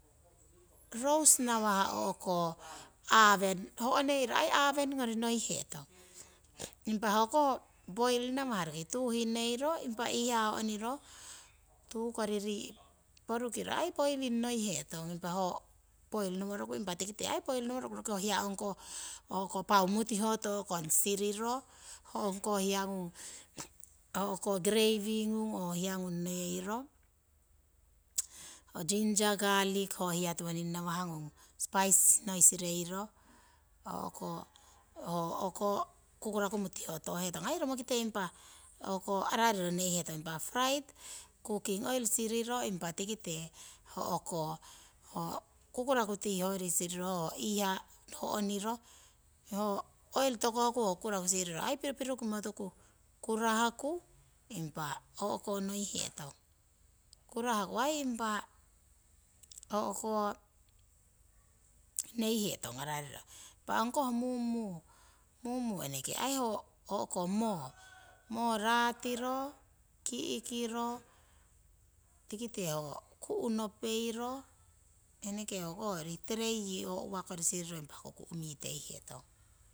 Roast ngawha aweni ho'neiro aweni kori noihetong ho poiring nawah roki tuu hiniheiro impa iihaa ho'niro tuu kori rii' porukiro poiring noihetong poiri noworoku, impa tikite poir noworoku ongkoh hiya pau mutihotokong siriro ongkoh hiya ngung uwangung sireiro ho hiyangung neyeiro ho ginger, garlic oo hiya tiwoning nawahngung. ho kukuraku mutihotohetong tikite impa arariro neihetong. impa fried kuking oil siriro impa tikite ho kukuraku tii siriro iihaa ngoiro, ho oil tokohku kukuraku sireiro. kurahku impa o'konoi hetong. Kurahku aii neihetong arariro neihetong ho mumu ho moo ratiro tikite ki'kiro, ku' nopeiro eneke hook hoyori terei ho ku' miteiro